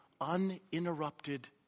uninterrupted